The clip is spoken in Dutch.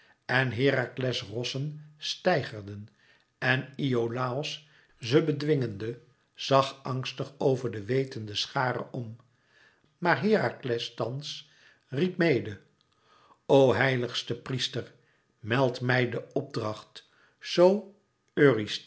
en herakles rossen steigerden en iolàos ze bedwingende zag angstig over de wetende schare om maar herakles thans riep mede o heiligste priester meld mij den opdracht zoo